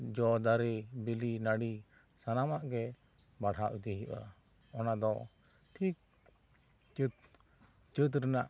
ᱡᱚ ᱫᱟᱨᱮ ᱵᱤᱞᱤ ᱱᱟᱹᱲᱤ ᱥᱟᱱᱟᱢᱟᱜ ᱜᱮ ᱵᱟᱲᱦᱟᱣ ᱤᱫᱤ ᱦᱩᱭᱩᱜᱼᱟ ᱚᱱᱟ ᱫᱚ ᱴᱷᱤᱠ ᱪᱟ ᱛ ᱪᱟ ᱛ ᱨᱮᱱᱟᱜ